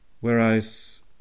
Whereas